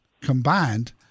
combined